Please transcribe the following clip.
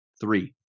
Three